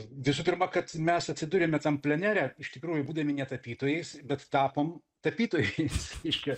visų pirma kad mes atsidūrėme tam plenere iš tikrųjų būdami ne tapytojais bet tapom tapytojais reiškia